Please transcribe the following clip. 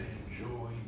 enjoy